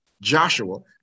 Joshua